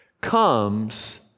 comes